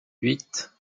huit